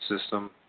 system